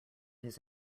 his